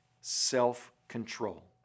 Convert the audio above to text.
self-control